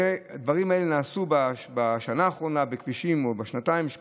הדברים האלה נעשו בשנה, שנתיים האחרונות בכביש 31,